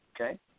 okay